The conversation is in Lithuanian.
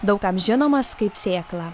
daug kam žinomas kaip sėkla